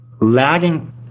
lagging